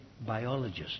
biologist